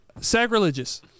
sacrilegious